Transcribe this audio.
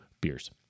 beers